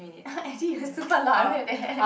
adeline you super loud eh look at that